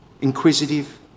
inquisitive